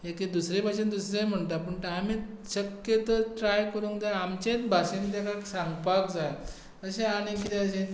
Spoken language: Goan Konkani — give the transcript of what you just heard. एके दुसरे भाशेन दुसरे म्हणटा पूण आमी शक्यतो ट्राय करूंक जाय आमचेंच भाशेन ताका सांगपाक जाय तशें आनी कितें अशें